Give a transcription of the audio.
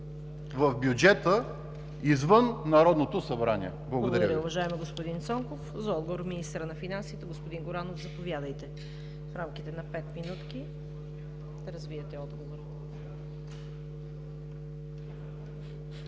в бюджета, извън Народното събрание? Благодаря Ви.